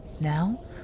Now